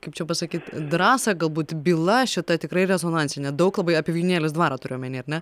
kaip čia pasakyt drąsa galbūt byla šita tikrai rezonansinė daug labai apie vijūnėlės dvarą turiu omeny ar ne